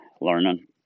learning